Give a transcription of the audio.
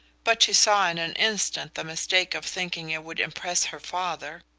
but she saw in an instant the mistake of thinking it would impress her father.